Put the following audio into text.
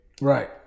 right